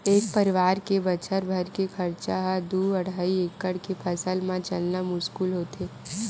एक परवार के बछर भर के खरचा ह दू अड़हई एकड़ के फसल म चलना मुस्कुल होथे